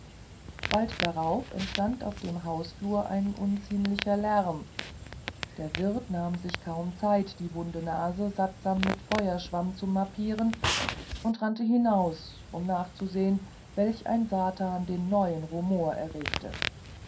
bald darauf entstand auf dem hausflur ein unziemlicher lärm der wirt nahm sich kaum zeit die wunde nase sattsam mit feuerschwamm zu mappieren und rannte hinaus um nachzusehen welch ein satan den neuen rumor errege